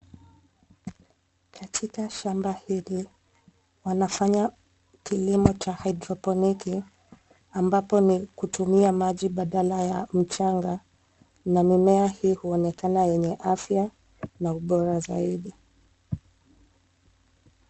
Katika shamba hili wanafanya kilimo cha [cs ] hydroponic[cs ] ambapo ni kutumia maji badala ya mchanga na mimea hii huonekana yenye afya na ubora zaidi.